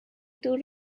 دور